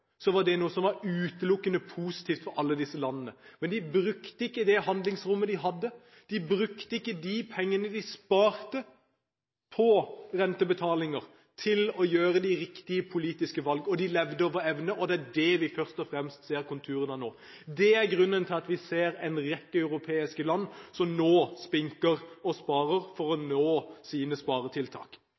var noe som var utelukkende positivt for alle disse landene. Men de brukte ikke handlingsrommet de hadde, de brukte ikke de pengene de sparte på rentebetalinger, til å gjøre de riktige politiske valg. De levde over evne, og det er det vi først og fremst ser konturene av nå. Det er grunnen til at vi ser en rekke europeiske land som nå spinker og sparer for å nå sine sparetiltak.